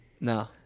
No